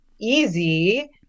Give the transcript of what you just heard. easy